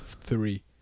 three